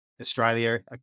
australia